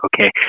okay